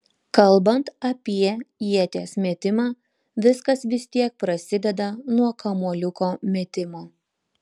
kalbant apie ieties metimą viskas vis tiek prasideda nuo kamuoliuko metimo